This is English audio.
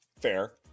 Fair